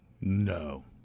No